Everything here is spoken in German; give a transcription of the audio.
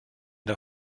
der